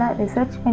research